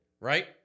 right